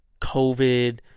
COVID